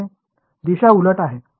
दिशा उलट आहे